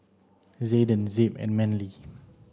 Zayden Zeb and Manley